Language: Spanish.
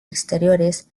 exteriores